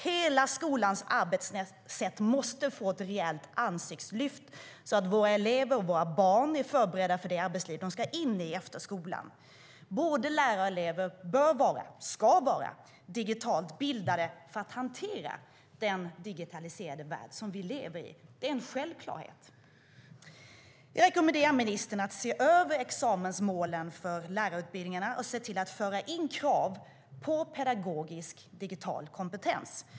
Hela skolans arbetssätt måste få ett rejält ansiktslyft så att våra elever, våra barn, är förberedda för det arbetsliv de ska in i efter skolan. Både lärare och elever bör vara, ska vara, digitalt utbildade för att kunna hantera den digitaliserade värld som vi lever i. Det är en självklarhet. Jag rekommenderar ministern att se över examensmålen för lärarutbildningarna och se till att krav på pedagogisk digital kompetens förs in.